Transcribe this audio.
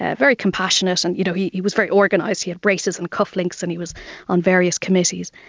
ah very compassionate. and you know he he was very organised, he had braces and cufflinks and he was on various committees.